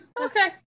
Okay